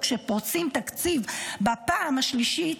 או כשפורצים תקציב בפעם השלישית,